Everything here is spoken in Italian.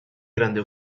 grande